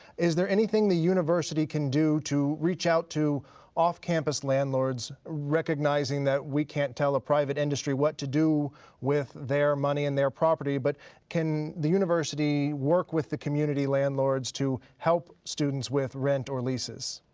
is there anything the university can do to reach out to off-campus landlords, recognizing that we can't tell a private industry what to do with their money in their property? but can the university work with the community landlords to help students with rent or leases?